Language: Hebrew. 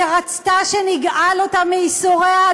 שרצתה שנגאל אותה מייסוריה,